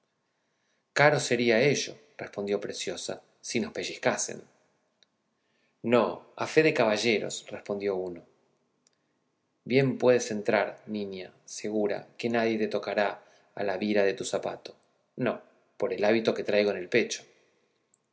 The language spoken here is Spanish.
respondió preciosa si nos pellizcacen no a fe de caballeros respondió uno bien puedes entrar niña segura que nadie te tocará a la vira de tu zapato no por el hábito que traigo en el pecho